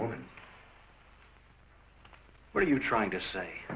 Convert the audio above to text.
woman what are you trying to say